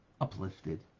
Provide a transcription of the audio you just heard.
uplifted